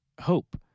hope